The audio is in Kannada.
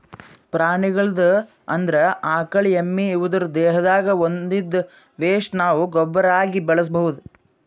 ಪ್ರಾಣಿಗಳ್ದು ಅಂದ್ರ ಆಕಳ್ ಎಮ್ಮಿ ಇವುದ್ರ್ ದೇಹದಿಂದ್ ಬಂದಿದ್ದ್ ವೆಸ್ಟ್ ನಾವ್ ಗೊಬ್ಬರಾಗಿ ಬಳಸ್ಬಹುದ್